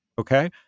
okay